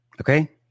Okay